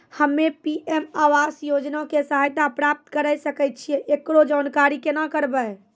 हम्मे पी.एम आवास योजना के सहायता प्राप्त करें सकय छियै, एकरो जानकारी केना करबै?